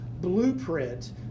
blueprint